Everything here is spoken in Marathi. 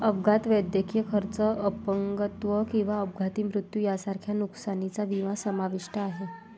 अपघात, वैद्यकीय खर्च, अपंगत्व किंवा अपघाती मृत्यू यांसारख्या नुकसानीचा विमा समाविष्ट आहे